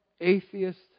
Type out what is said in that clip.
atheist